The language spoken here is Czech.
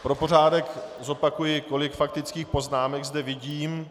Pro pořádek zopakuji, kolik faktických poznámek zde vidím.